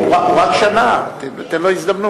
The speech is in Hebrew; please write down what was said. בסדר, הוא רק שנה, תן לו הזדמנות.